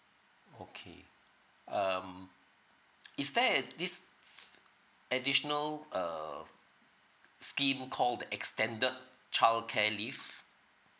okay um is there at least additional uh scheme called the extended childcare leave